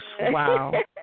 Wow